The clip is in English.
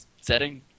setting